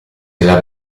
della